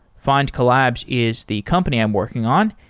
findcollabs is the company i'm working on.